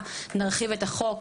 והרחבה של החוק.